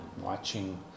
Watching